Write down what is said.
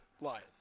lion